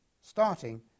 starting